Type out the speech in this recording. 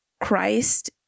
Christ